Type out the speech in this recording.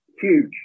Huge